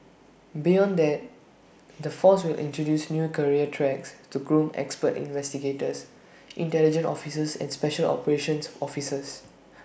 beyond that the force will introduce new career tracks to groom expert investigators intelligence officers and special operations officers